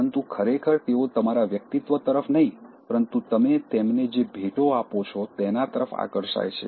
પરંતુ ખરેખર તેઓ તમારા વ્યક્તિત્વ તરફ નહીં પરંતુ તમે તેમને જે ભેટો આપો છો તેના તરફ આકર્ષાય છે